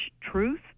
truth